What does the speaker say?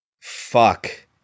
fuck